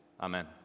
Amen